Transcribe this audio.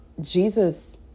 Jesus